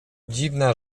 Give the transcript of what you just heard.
dziwna